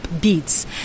beats